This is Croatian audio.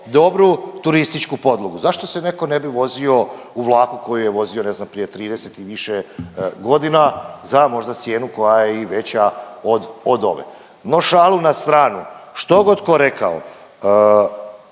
dobru turističku podlogu. Zašto se neko ne bi vozio u vlaku koji je vozio ne znam prije 30 i više godina za možda cijenu koja je i veća od ove? No šalu na stranu. Štogod tko rekao